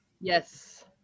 Yes